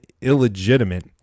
illegitimate